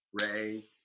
Ray